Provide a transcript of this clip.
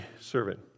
servant